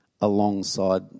alongside